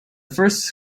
first